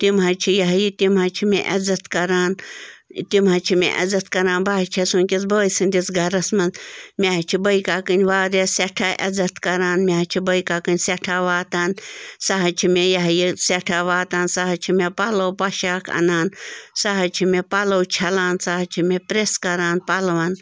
تِم حظ چھِ یہِ ہاے یہِ تِم حظ چھِ مےٚ عزَت کَران تِم حظ چھِ مےٚ عزَت کَران بہٕ حظ چھَس وٕنٛکٮ۪س بٲے سٕنٛدِس گَرَس منٛز مےٚ حظ چھِ بٲیکاکٕنۍ واریاہ سٮ۪ٹھاہ عزَت کَران مےٚ حظ چھِ بٲیکاکٕنۍ سٮ۪ٹھاہ واتان سۄ حظ چھِ مےٚ یہِ ہاے یہِ سٮ۪ٹھاہ واتان سۄ حظ چھِ مےٚ پَلو پۄشاک اَنان سۄ حظ چھِ مےٚ پَلو چھَلان سۄ حظ چھِ مےٚ پرٛیٚس کَران پَلوَن